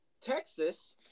Texas